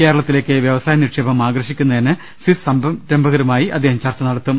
കേരളത്തിലേക്ക് വ്യവസായ നിക്ഷേപം ആകർഷിക്കു ന്നതിന് സ്വിസ് സംരംഭകരുമായി അദ്ദേഹം ചർച്ച നടത്തും